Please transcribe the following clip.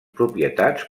propietats